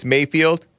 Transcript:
Mayfield